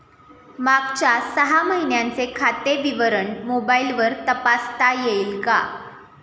मागच्या सहा महिन्यांचे खाते विवरण मोबाइलवर तपासता येईल का?